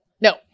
No